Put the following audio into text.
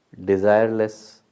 desireless